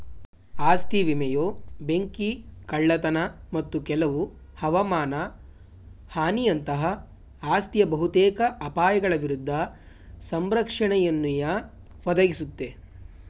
ಆಸ್ತಿ ವಿಮೆಯು ಬೆಂಕಿ ಕಳ್ಳತನ ಮತ್ತು ಕೆಲವು ಹವಮಾನ ಹಾನಿಯಂತಹ ಆಸ್ತಿಯ ಬಹುತೇಕ ಅಪಾಯಗಳ ವಿರುದ್ಧ ಸಂರಕ್ಷಣೆಯನ್ನುಯ ಒದಗಿಸುತ್ತೆ